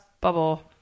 bubble